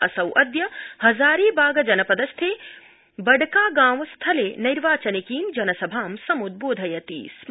असौ अद्य हज़ारीबाग जनपदस्थे बडकागांव स्थले नैर्वाचनिकीं जनसभां समुद्रोधयति स्म